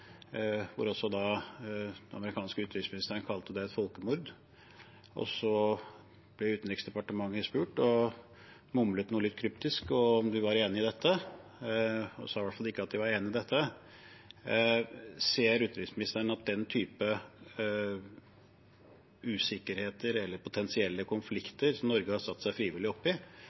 Den amerikanske utenriksministeren kalte det et folkemord, og Utenriksdepartementet ble spurt om de var enig i dette. De mumlet noe litt kryptisk, de sa i hvert fall ikke at de var enig i dette. Ser utenriksministeren at den type usikkerhet i reelle potensielle konflikter som Norge har satt seg frivillig i,